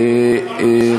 לא, זה לא פוליטי.